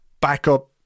backup